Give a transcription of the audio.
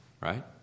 right